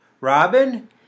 Robin